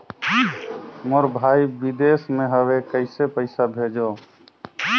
मोर भाई विदेश मे हवे कइसे पईसा भेजो?